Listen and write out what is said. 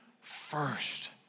first